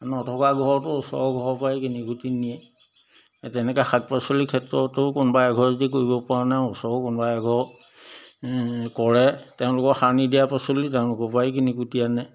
নথকা ঘৰতো ওচৰৰ ঘৰৰ পৰাই কিনি কুটি নিয়ে তেনেকৈ শাক পাচলিৰ ক্ষেত্ৰতো কোনোবা এঘৰে যদি কৰিব পৰা নাই ওচৰৰ কোনোবা এঘৰে কৰে তেওঁলোকৰ সাৰ নিদিয়া পাচলি তেওঁলোকৰ পৰাই কিনি কুটি আনে